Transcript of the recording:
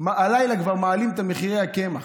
הלילה כבר מעלים את מחירי הקמח.